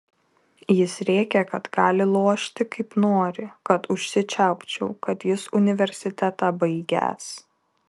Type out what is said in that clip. jis rėkė kad gali lošti kaip nori kad užsičiaupčiau kad jis universitetą baigęs